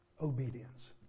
Obedience